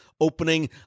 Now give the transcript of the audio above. opening